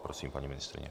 Prosím, paní ministryně.